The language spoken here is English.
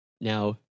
Now